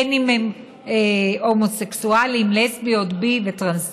בין אם הם הומוסקסואלים, לסביות, בי וטרנסג'נדרים.